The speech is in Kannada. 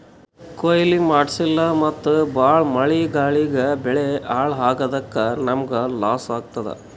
ಕೊಯ್ಲಿ ಮಾಡ್ಸಿಲ್ಲ ಮತ್ತ್ ಭಾಳ್ ಮಳಿ ಗಾಳಿಗ್ ಬೆಳಿ ಹಾಳ್ ಆಗಾದಕ್ಕ್ ನಮ್ಮ್ಗ್ ಲಾಸ್ ಆತದ್